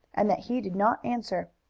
and that he did not answer.